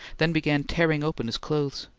then began tearing open his clothes.